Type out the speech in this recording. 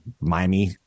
Miami